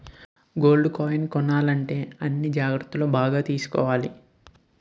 gold కాయిన్లు కొనాలంటే అన్ని జాగ్రత్తలు బాగా తీసుకోవాలి